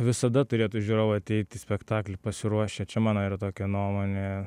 visada turėtų žiūrovai ateit į spektaklį pasiruošę čia mano yra tokia nuomonė